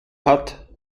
hat